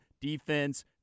defense